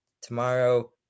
tomorrow